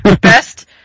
Best